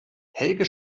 helge